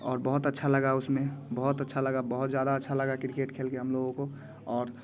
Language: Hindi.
और बहुत अच्छा लगा उसमें बहुत अच्छा लगा बहुत ज़्यादा अच्छा लगा किरकेट खेल कर हम लोगों को और